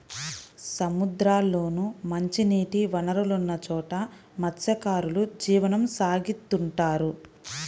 సముద్రాల్లోనూ, మంచినీటి వనరులున్న చోట మత్స్యకారులు జీవనం సాగిత్తుంటారు